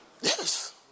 Yes